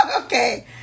Okay